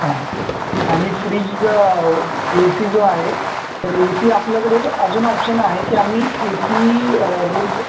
हां आणि fridge A C जो आहे तर ए सी आपल्याकडे एक अजून ऑप्शन आहे की आम्ही ए सी रेंट